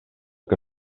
que